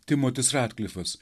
timotis radklifas